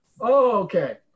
okay